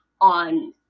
on